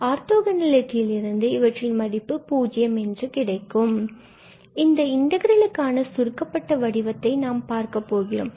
orthogonality லிருந்து இவற்றின் மதிப்பு பூஜ்யம் என்று கிடைக்கும் இந்த இன்டகிரலுக்கான சுருக்கப்பட்ட வடிவத்தை நாம் பார்க்கப் போகிறோம்